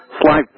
Slide